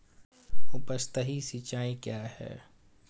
उपसतही सिंचाई क्या है?